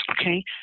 okay